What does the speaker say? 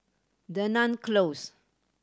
Dunearn Close